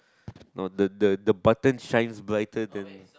the the the buttons shine brighter than